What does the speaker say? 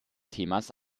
themas